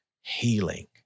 healing